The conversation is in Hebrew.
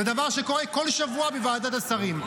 זה דבר שקורה כל שבוע בוועדת השרים.